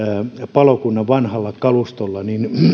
palokunnan vanhalla kalustolla